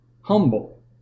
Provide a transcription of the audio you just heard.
humble